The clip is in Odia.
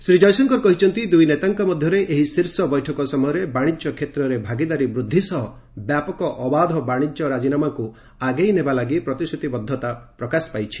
ଶ୍ରୀ ଜୟଶଙ୍କର କହିଛନ୍ତି ଦୁଇନେତାଙ୍କ ମଧ୍ୟରେ ଏହି ଶୀର୍ଷ ବୈଠକ ସମୟରେ ବାଣିଜ୍ୟ କ୍ଷେତ୍ରରେ ଭାଗିଦାରୀ ବୃଦ୍ଧି ସହ ବ୍ୟାପକ ଅବାଧ ବାଣିଜ୍ୟ ରାଜିନାମାକୁ ଆଗେଇ ନେବା ଲାଗି ପ୍ରତିଶ୍ରୁତିବଦ୍ଧତା ପ୍ରକାଶ ପାଇଛି